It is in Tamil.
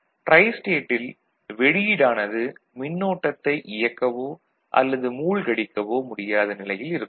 ட்ரைஸ்டேட் - ல் வெளியீடானது மின்னோட்டத்தை இயக்கவோ அல்லது மூழ்கடிக்கவோ முடியாத நிலையில் இருக்கும்